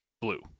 Blue